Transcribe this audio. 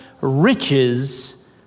riches